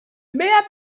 mehr